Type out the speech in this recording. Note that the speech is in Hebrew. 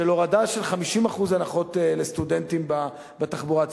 של הורדה של 50% הנחות לסטודנטים בתחבורה הציבורית.